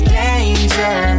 danger